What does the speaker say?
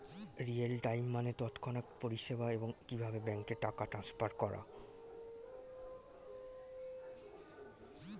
real time মানে তৎক্ষণাৎ পরিষেবা, এবং কিভাবে ব্যাংকে টাকা ট্রান্সফার করা